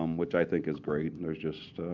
um which i think is great. and there's just